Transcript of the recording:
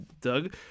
Doug